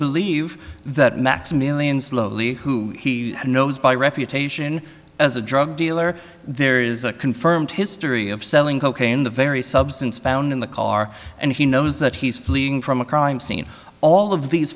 believe that maximilian slowly who he knows by reputation as a drug dealer there is a confirmed history of selling cocaine the very substance in the car and he knows that he's fleeing from a crime scene all of these